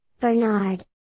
Bernard